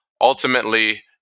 ultimately